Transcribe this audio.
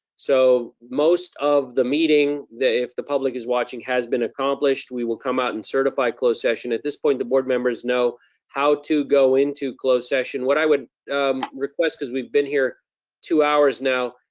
so most of the meeting, meeting, if the public is watching, has been accomplished. we will come out and certify closed session. at this point, the board members know how to go into closed session what i would request, because we've been here two hours now,